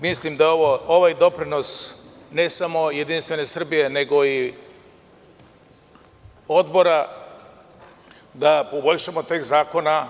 Mislim da ovaj doprinos ne samo JS nego i odbora da poboljšamo tekst zakona.